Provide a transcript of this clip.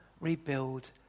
rebuild